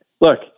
look